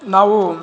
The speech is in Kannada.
ನಾವು